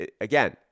again